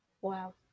Wow